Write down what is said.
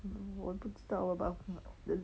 我不知道 but the